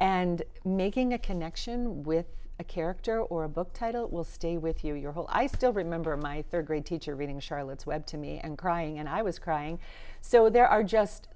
and making a connection with a character or a book title will stay with you your whole i still remember my third grade teacher reading charlotte's web to me and crying and i was crying so there are just